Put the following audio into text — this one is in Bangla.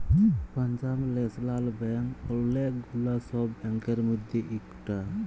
পাঞ্জাব ল্যাশনাল ব্যাঙ্ক ওলেক গুলা সব ব্যাংকের মধ্যে ইকটা